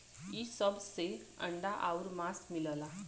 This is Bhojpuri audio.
इ सब से अंडा आउर मांस मिलला